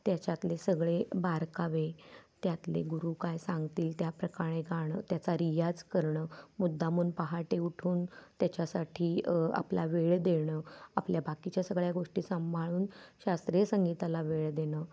त्याच्यातले सगळे बारकावे त्यातले गुरु काय सांगतील त्याप्रकारे गाणं त्याचा रियाज करणं मुद्दामहून पहाटे उठून त्याच्यासाठी आपला वेळ देणं आपल्या बाकीच्या सगळ्या गोष्टी सांभाळून शास्त्रीय संगीताला वेळ देणं